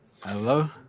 Hello